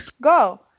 go